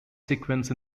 sequence